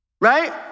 right